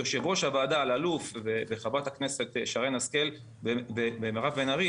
יושב-ראש הוועדה אלאלוף וחברות הכנסת שרן השכל ומירב בן ארי